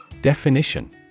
Definition